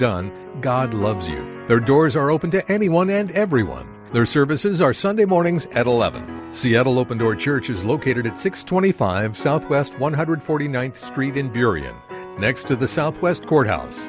done god loves you there doors are open to anyone and everyone their services are sunday mornings at eleven seattle open door church is located at six twenty five south west one hundred forty ninth street in period next to the southwest courthouse